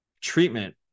treatment